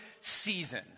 season